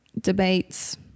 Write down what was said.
Debates